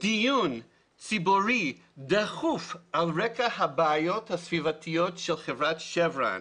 דיון ציבורי דחוף על רקע הבעיות הסביבתיות של חברת שברן.